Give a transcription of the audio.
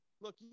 Look